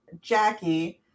Jackie